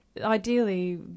Ideally